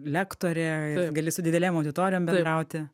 lektorė gali su didelėm auditorijom bendrauti